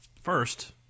first